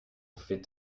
fait